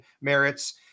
merits